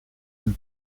une